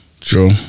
True